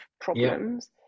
problems